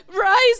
rise